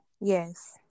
yes